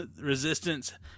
resistance